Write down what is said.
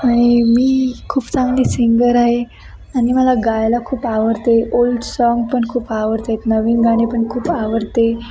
आणि मी खूप चांगली सिंगर आहे आणि मला गायला खूप आवडते ओल्ड साँग पण खूप आवडतात नवीन गाणे पण खूप आवडते